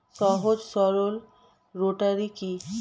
সহজ সরল রোটারি কি?